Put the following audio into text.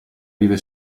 vive